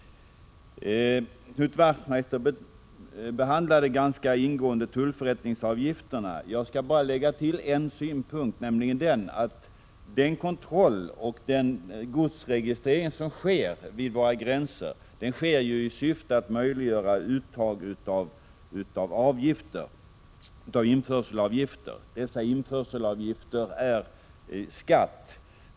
Knut Wachtmeister behandlade ganska ingående tullförrättningsavgifterna. Jag skall bara lägga till en synpunkt, nämligen den att den kontroll och den godsregistrering som äger rum vid våra gränser sker i syfte att möjliggöra uttag av införselavgifter. Dessa avgifter är skatt.